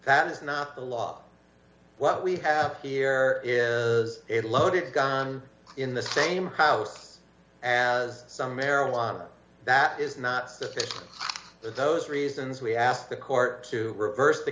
that is not the law what we have here is a loaded gun in the same house as some marijuana that is not sufficient but those reasons we asked the court to reverse the